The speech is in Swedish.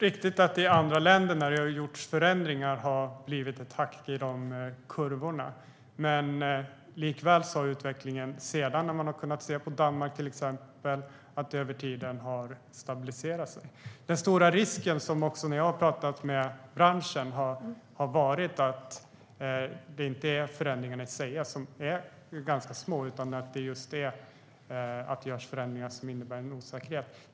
Herr talman! Det är riktigt att det i andra länder har blivit ett hack i kurvorna när det har gjorts förändringar. Likväl har utvecklingen sedan stabiliserats över tiden; det har vi kunnat se till exempel i Danmark.Den stora risken - vilket också har framgått när jag har talat med branschen - gäller inte förändringarna i sig, som är ganska små. Det är i stället just detta att det görs förändringar som innebär en osäkerhet.